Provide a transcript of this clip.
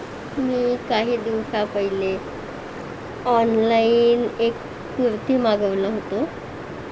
मी काही दिवसांपहिले ऑनलाईन एक कुर्ती मागवलं होतं